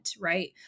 right